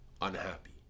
unhappy